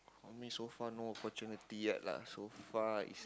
for me so far no opportunity yet lah so far is